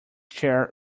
chair